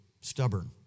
stubborn